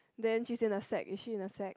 then she is in a sack is she in a sack